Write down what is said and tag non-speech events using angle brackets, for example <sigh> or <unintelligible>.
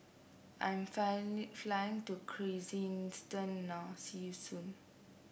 I'm <unintelligible> fly to Kyrgyzstan now see you soon